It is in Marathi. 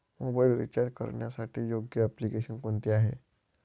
मोबाईल रिचार्ज करण्यासाठी योग्य एप्लिकेशन कोणते आहे?